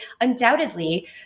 undoubtedly